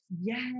Yes